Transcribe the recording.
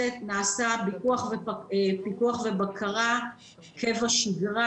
נעשה פיקוח ובקרה כבשגרה.